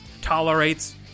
tolerates